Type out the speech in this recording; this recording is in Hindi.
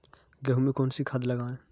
गेहूँ में कौनसी खाद लगाएँ?